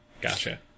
Gotcha